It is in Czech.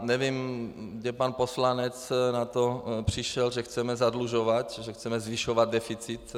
Nevím, kde pan poslanec na to přišel, že chceme zadlužovat, že chceme zvyšovat deficit.